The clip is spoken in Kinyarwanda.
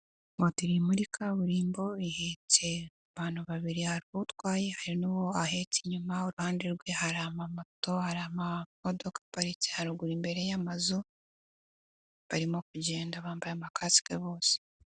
Mote iri muri kaburimbo ihetse abantu babiri hari utwaye, hari n'uwo ahetse inyuma, iruhande rwe hari ama moto, hari amamodoka aparitse ruguru imbere y'amazu, barimo kugenda bambaye amakasika bose.